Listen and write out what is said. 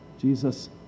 Jesus